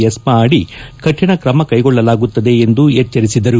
ಎಸ್ತಾ ಅಡಿ ಕಠಿಣ ಕ್ರಮ ಕೈಗೊಳ್ಳಲಾಗುತ್ತದೆ ಎಂದು ಎಚ್ಛರಿಸಿದರು